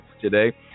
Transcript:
today